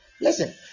Listen